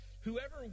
Whoever